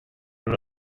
una